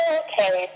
okay